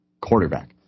quarterback